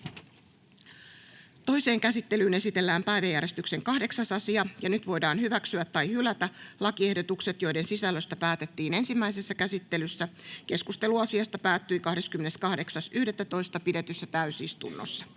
Toiseen käsittelyyn esitellään päiväjärjestyksen 8. asia. Nyt voidaan hyväksyä tai hylätä lakiehdotukset, joiden sisällöstä päätettiin ensimmäisessä käsittelyssä. Keskustelu asiasta päättyi 28.11.2023 pidetyssä täysistunnossa.